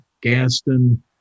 Gaston